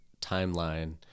timeline